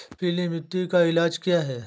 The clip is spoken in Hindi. पीली मिट्टी का इलाज क्या है?